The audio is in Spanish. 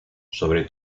sobre